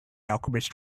alchemist